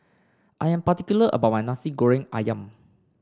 I'm particular about my Nasi Goreng ayam